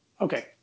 okay